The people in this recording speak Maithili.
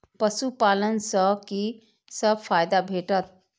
पशु पालन सँ कि सब फायदा भेटत?